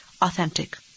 authentic